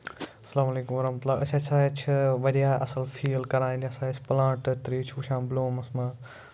اسلام علیکُم ورحمتہ اللہ أسۍ ہسا چھِ واریاہ اَصٕل فیٖل کران یہِ ہسا أسۍ پٕلانٹ وٕچھان تَتہِ ترٲوِتھ بٔلوٗمَس منٛز